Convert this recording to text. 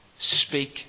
speak